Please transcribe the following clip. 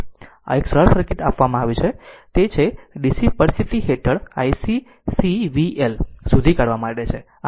તેથી આ એક સરળ સર્કિટ આપવામાં આવ્યું છે તે છે DC પરીસ્થીતી હેઠળ i v C v L શોધવા માટે છે